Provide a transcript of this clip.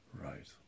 right